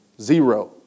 Zero